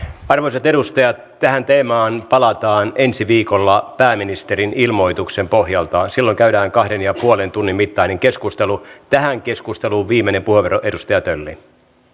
arvoisat edustajat tähän teemaan palataan ensi viikolla pääministerin ilmoituksen pohjalta silloin käydään kahden pilkku viiden tunnin mittainen keskustelu tähän keskusteluun viimeinen puheenvuoro edustaja tölli